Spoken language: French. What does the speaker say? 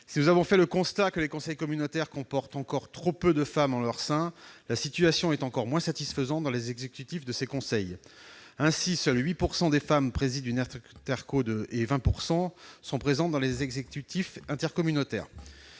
parole est à M. Éric Gold. Si les conseils communautaires comportent encore trop peu de femmes en leur sein, la situation est encore moins satisfaisante dans les exécutifs de ces conseils. Ainsi, seulement 8 % de femmes président une intercommunalité et 20 % sont présentes dans les exécutifs intercommunautaires.